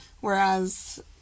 whereas